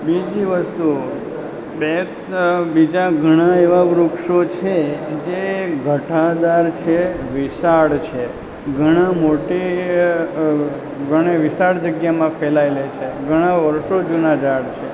બીજી વસ્તુ બે બીજાં ઘણાં એવાં વૃક્ષો છે જે ઘટાદાર છે વિશાળ છે ઘણી મોટી ઘણી વિશાળ જગ્યામાં ફેલાયેલી છે ઘણા વર્ષો જૂના ઝાડ છે